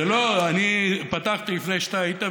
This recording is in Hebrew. אני פתחתי לפני שהיית,